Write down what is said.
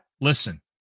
listen